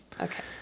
Okay